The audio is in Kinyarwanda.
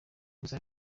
gusa